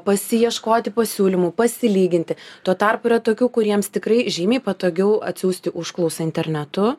pasiieškoti pasiūlymų pasilyginti tuo tarpu yra tokių kuriems tikrai žymiai patogiau atsiųsti užklausą internetu